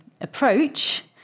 approach